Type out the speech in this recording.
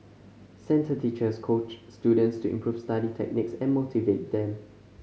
centre teachers coach students to improve study techniques and motivate them